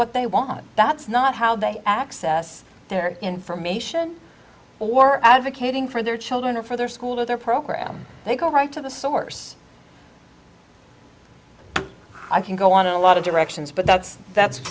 what they want that's not how they access their information or advocating for their children or for their school or their program they go right to the source i can go on a lot of directions but that's that's